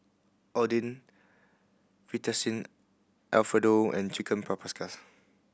Oden Fettuccine Alfredo and Chicken Paprikas